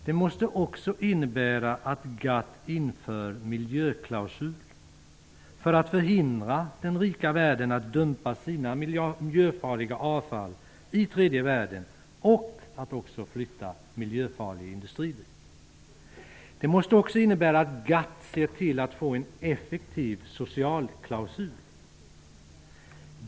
Det måste också innebära att GATT måste införa en miljöklausul för att förhindra att den rika världen dumpar sina miljöfarliga avfall i tredje världen och flyttar sin miljöfarliga industri dit. Det måste också innebära att GATT ser till att få en effektiv socialklausul.